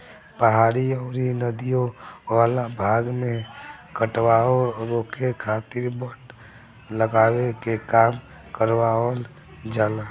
पहाड़ी अउरी नदियों वाला भाग में कटाव रोके खातिर वन लगावे के काम करवावल जाला